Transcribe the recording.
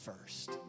first